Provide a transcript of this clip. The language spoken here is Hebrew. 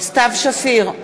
סתיו שפיר,